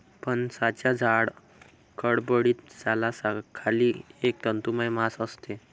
फणसाच्या जाड, खडबडीत सालाखाली एक तंतुमय मांस असते